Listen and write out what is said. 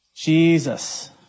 Jesus